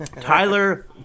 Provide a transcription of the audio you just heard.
Tyler